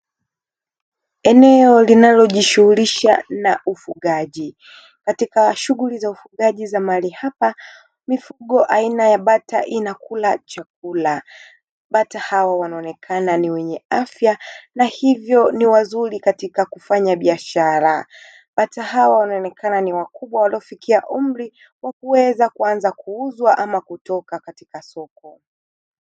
Eneo linalojishughulisha na ufugaji. Katika shughuli za ufugaji za mahali hapa mifugo aina ya bata inakula chakula. Bata hawa wanaonekana ni wenye afya na hivyo ni wazuri katika kufanya biashara. Bata hawa wanaonekana ni wakubwa waliofikia umri wa kuweza kuanza kuuzwa ama kutoka katika soko.